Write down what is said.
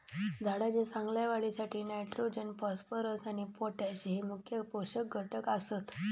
झाडाच्या चांगल्या वाढीसाठी नायट्रोजन, फॉस्फरस आणि पोटॅश हये मुख्य पोषक घटक आसत